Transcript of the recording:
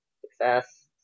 Success